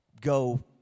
go